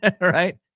right